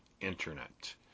Internet